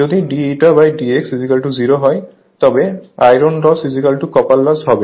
যদি dηdx0 হয় তবে আয়রন লস কপার লস হবে